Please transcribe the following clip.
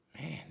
Man